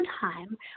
time